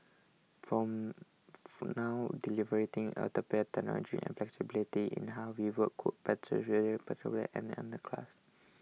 from for now delivering utopia technology and flexibility in how we work could potentially perpetuate an underclass